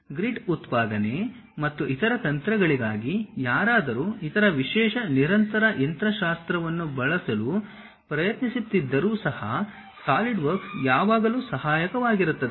grid ಉತ್ಪಾದನೆ ಮತ್ತು ಇತರ ತಂತ್ರಗಳಿಗಾಗಿ ಯಾರಾದರೂ ಇತರ ವಿಶೇಷ ನಿರಂತರ ಯಂತ್ರಶಾಸ್ತ್ರವನ್ನು ಬಳಸಲು ಪ್ರಯತ್ನಿಸುತ್ತಿದ್ದರೂ ಸಹ ಸಾಲಿಡ್ವರ್ಕ್ಸ್ ಯಾವಾಗಲೂ ಸಹಾಯಕವಾಗಿರುತ್ತದೆ